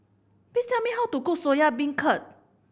please tell me how to cook Soya Beancurd